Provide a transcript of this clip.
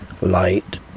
Light